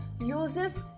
uses